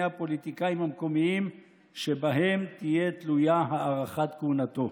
הפוליטיקאים המקומיים שבהם תהיה תלויה הארכת כהונתו.